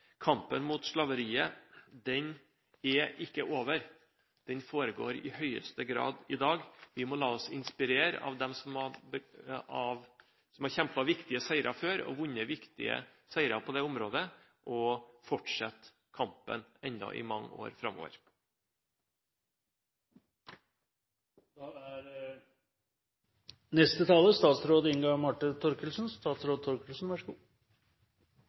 Kampen mot slaveriet er ikke over. Den foregår i høyeste grad i dag. Vi må la oss inspirere av dem som har kjempet viktige kamper før og vunnet viktige seire på det området, og fortsette kampen enda i mange år